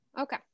Okay